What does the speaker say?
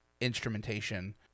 instrumentation